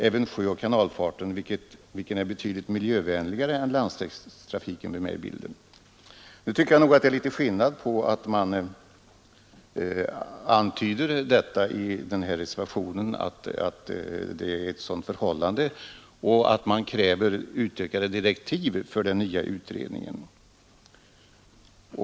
Även sjöoch kanalfarten, vilken är betydligt miljövänligare än landsvägstrafiken, bör med i bilden.” Nu tycker jag nog det är skillnad på att antyda detta förhållande i reservationen och på att man kräver utökade direktiv för den nya utredningen.